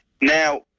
now